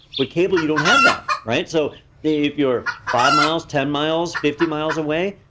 with cable you don't have that, right? so if you're five miles, ten miles, fifty miles away,